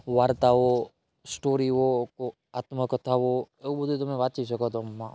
વાર્તાઓ સ્ટોરીઓ આત્મકથાઓ એવું બધું તમે વાંચી શકો તમે